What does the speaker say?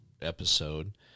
episode